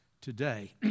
today